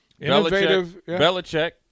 Belichick